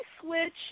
switch